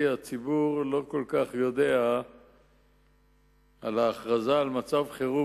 הציבור לא כל כך יודע על ההכרזה על מצב חירום,